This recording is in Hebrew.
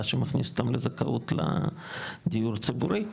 שמכניס אותן לזכאות של דיור ציבורי,